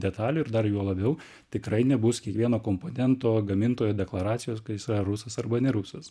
detaliai ir dar juo labiau tikrai nebus kiekvieno komponento gamintojo deklaracijos kad jisai rusas arba ne rusas